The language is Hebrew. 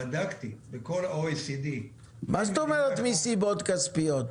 בדקתי בכל ה-OECD --- מה זאת אומרת מסיבות כספיות?